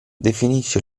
definisce